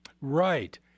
Right